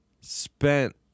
spent